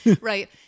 right